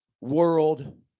world